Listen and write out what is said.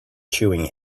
chewing